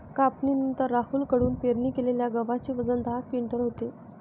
कापणीनंतर राहुल कडून पेरणी केलेल्या गव्हाचे वजन दहा क्विंटल होते